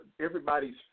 Everybody's